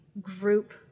group